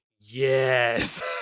yes